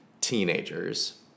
teenagers